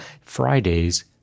Friday's